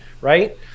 right